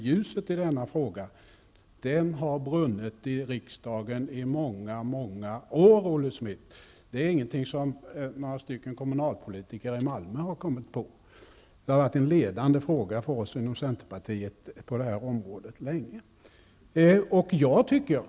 Ljuset i denna fråga har alltså brunnit i riksdagen i många år. Det är ingenting som några kommunalpolitiker i Malmö har kommit på, utan det har varit en ledande fråga för oss inom centerpartiet länge.